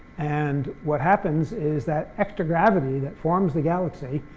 and what happens is that extra gravity that forms the galaxy